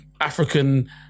African